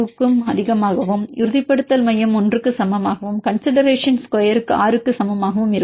02க்கும் அதிகமாகவும் உறுதிப்படுத்தல் மையம் 1 க்கு சமமாகவும் கன்சிடெரேஷன் ஸ்கொயர் 6 க்கு சமமாகவும் இருக்கும்